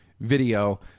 Video